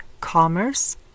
commerce